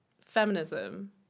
feminism